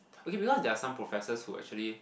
okay because there are some professors who actually